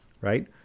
right